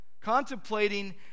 contemplating